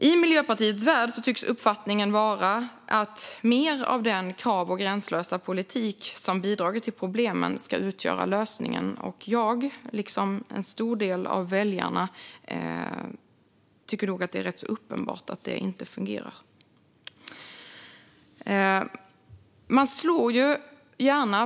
I Miljöpartiets värld tycks uppfattningen vara att mer av den krav och gränslösa politik som bidragit till problemen ska utgöra lösningen, och jag - liksom en stor del av väljarna - tycker nog att det är rätt uppenbart att det inte fungerar.